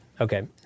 Okay